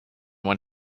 when